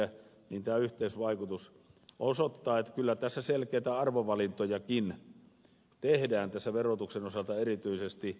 tämä yhteisvaikutus osoittaa että kyllä selkeitä arvovalintojakin tehdään tässä verotuksen osalta erityisesti